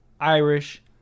Irish